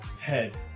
head